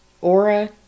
Aura